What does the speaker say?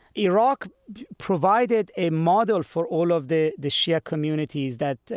iraq provided a model for all of the the shia communities that,